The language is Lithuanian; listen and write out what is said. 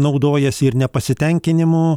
naudojasi ir nepasitenkinimu